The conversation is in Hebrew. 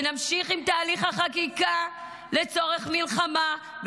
שנמשיך עם תהליך החקיקה לצורך מלחמה,